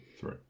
three